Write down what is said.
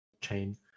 chain